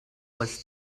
was